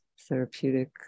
therapeutic